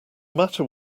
matter